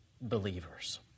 believers